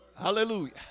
Hallelujah